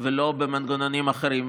ולא במנגנונים אחרים.